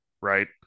right